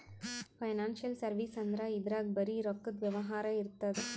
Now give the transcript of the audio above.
financial service ಅಂದ್ರ ಇದ್ರಾಗ್ ಬರೀ ರೊಕ್ಕದ್ ವ್ಯವಹಾರೇ ಇರ್ತದ್